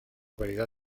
variedad